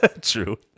true